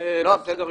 בסדר גמור.